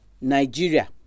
Nigeria